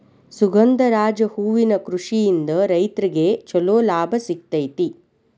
ಸುಗಂಧರಾಜ ಹೂವಿನ ಕೃಷಿಯಿಂದ ರೈತ್ರಗೆ ಚಂಲೋ ಲಾಭ ಸಿಗತೈತಿ